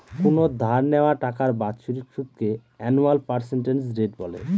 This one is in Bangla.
কোনো ধার নেওয়া টাকার বাৎসরিক সুদকে আনুয়াল পার্সেন্টেজ রেট বলে